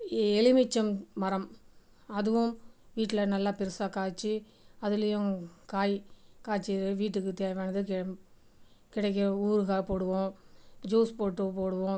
எலுமிச்சம் மரம் அதுவும் வீட்டில் நல்லா பெருசாக காய்ச்சி அதிலயும் காய் காய்ச்சி வீட்டுக்கு தேவையானதை கெம் கிடைக்க ஊறுகாய் போடுவோம் ஜூஸ் போட்டு போடுவோம்